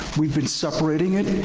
we've been separating it.